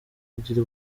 kugira